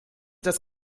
das